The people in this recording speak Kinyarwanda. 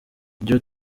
higiro